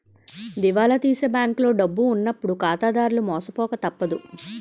దివాలా తీసే బ్యాంకులో డబ్బు ఉన్నప్పుడు ఖాతాదారులు మోసపోక తప్పదు